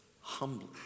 humbly